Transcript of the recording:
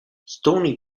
stony